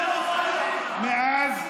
מאז,